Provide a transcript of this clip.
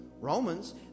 Romans